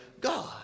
God